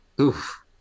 Oof